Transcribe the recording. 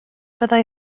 byddai